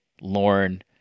Lauren